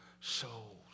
souls